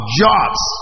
jobs